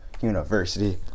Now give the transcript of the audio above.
University